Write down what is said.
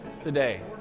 today